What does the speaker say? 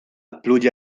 pluja